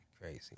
Crazy